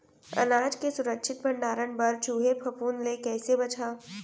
अनाज के सुरक्षित भण्डारण बर चूहे, फफूंद ले कैसे बचाहा?